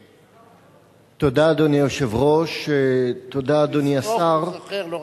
תודה, אדוני היושב-ראש, תודה, אדוני השר.